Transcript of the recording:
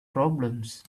problems